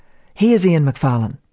here's ian macfarlane.